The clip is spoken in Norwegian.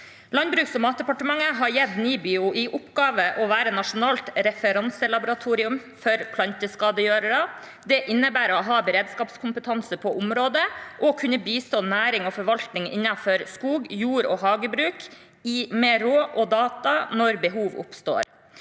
Landbruks- og matdepartementet har gitt NIBIO i oppgave å være nasjonalt referanselaboratorium for planteskadegjørere. Det innebærer å ha beredskapskompetanse på området og kunne bistå næring og forvaltning innenfor skog-, jord- og hagebruk med råd og data når behov oppstår.